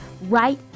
right